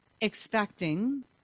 expecting